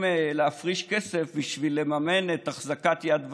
להפריש כסף בשביל לממן את אחזקת יד ושם.